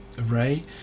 array